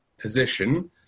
position